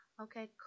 Okay